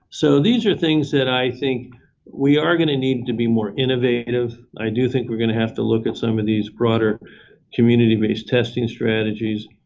so, these are things that i think we are going to need to be more innovative. i do think we're going to have to look at some of these broader community-based testing strategies.